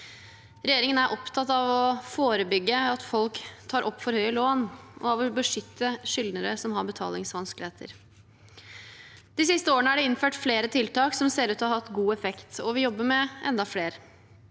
Regjeringen er opptatt av å forebygge at folk tar opp for høye lån, og av å beskytte skyldnere som har betalingsvanskeligheter. De siste årene er det innført flere tiltak som ser ut til å ha hatt god effekt, og vi jobber med enda flere.